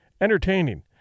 entertaining